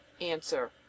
Answer